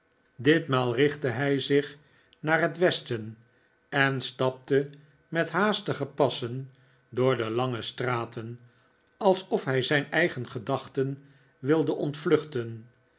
ditmaal richtte hij zich naar het westen en stapte met haastige passen door de lange straten alsof hii zijn eigen gedachten wilde ontvluchten